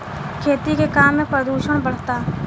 खेती के काम में प्रदूषण बढ़ता